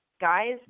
Guys